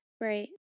Right